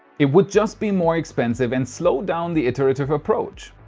it would just be more expensive and slow down the iterative approach.